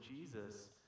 jesus